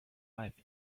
life